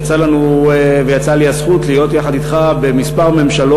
יצא לנו ויצאה לי הזכות להיות יחד אתך בכמה ממשלות,